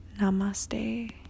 namaste